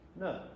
no